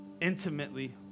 intimately